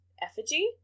effigy